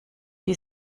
die